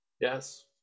Yes